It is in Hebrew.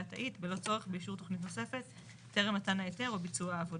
התאית בלא צורך באישור תכנית נוספת טרם מתן ההיתר או ביצוע העבודה".